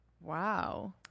Wow